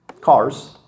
Cars